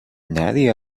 نری